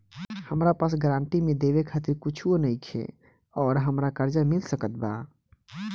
हमरा पास गारंटी मे देवे खातिर कुछूओ नईखे और हमरा कर्जा मिल सकत बा?